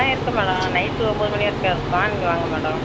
ஆ இருக்குது madam night ஒன்பது மணி வரைக்கும் இருக்கோம் நீங்கள் வாங்க மேடம்